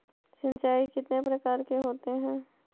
सिंचाई कितने प्रकार के होते हैं?